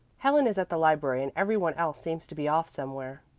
helen is at the library, and every one else seems to be off somewhere.